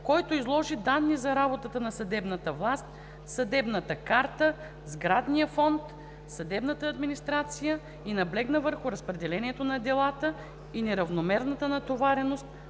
който изложи данни за работата на съдебната власт, съдебната карта, сградния фонд, съдебната администрация и наблегна върху разпределението на делата и неравномерната натовареност